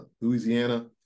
Louisiana